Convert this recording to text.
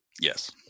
Yes